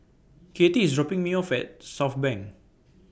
Kattie IS dropping Me off At Southbank